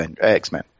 X-Men